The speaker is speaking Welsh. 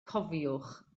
cofiwch